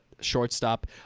shortstop